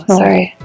sorry